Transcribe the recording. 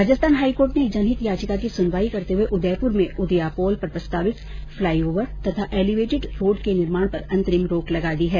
Rajasthan high court ने एक जनहित याचिका की सुनवाई करते हुए उदयपुर में उदयापोल पर प्रस्तावित फ्लाईओवर तथा एलिवेटेड रोड के निर्माण पर अंतरिम रोक लगा दी है